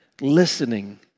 listening